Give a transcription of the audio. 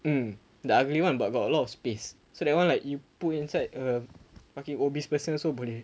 mm the ugly one but got a lot of space so that one like you put inside a fucking obese person also boleh